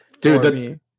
dude